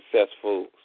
successful